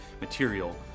material